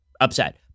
upset